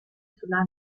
sulla